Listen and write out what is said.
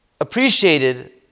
appreciated